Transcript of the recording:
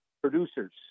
producers